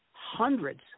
hundreds